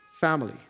family